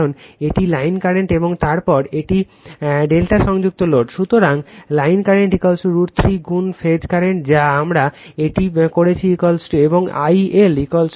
কারণ এটি line current এবং তারপর এটি ∆ সংযুক্ত লোড সুতরাং লাইন কারেন্ট √ 3 গুণ ফেজ কারেন্ট যা আমরা এটি করেছি এবং IL √ 3 I p